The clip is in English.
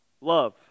love